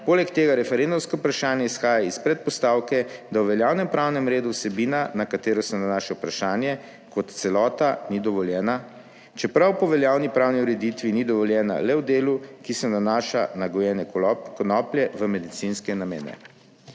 poleg tega referendumsko vprašanje izhaja iz predpostavke, da v veljavnem pravnem redu vsebina na katero se nanaša vprašanje, kot celota ni dovoljena, čeprav po veljavni pravni ureditvi ni dovoljena le v delu, ki se nanaša na gojenje konoplje v medicinske namene.